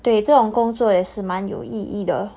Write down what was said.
对这种工作也是蛮有意义的